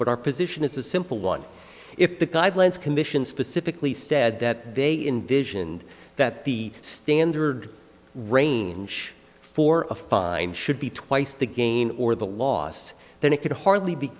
but our position is a simple one if the guidelines commission specifically said that they envisioned that the standard range for a fine should be twice the gain or the loss then it could hardly be